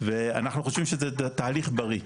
ואנחנו חושבים שזה תהליך בריא.